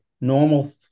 normal